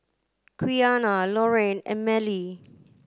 Quiana Lorraine and Mellie